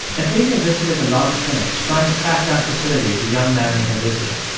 athalia visited a lot of clinics, trying to track down facilities the young man may have visited.